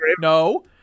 No